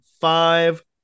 five